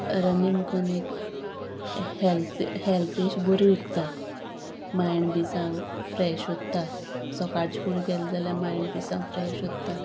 running करून एक health health अशी बरी उत्ता मायंड बी जावं फ्रॅश उत्ता सकाळची फुडें केलें जाल्यार मायंड बी सामकी फ्रॅश उत्ता